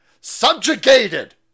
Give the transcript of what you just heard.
subjugated